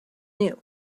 new